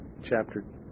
Chapter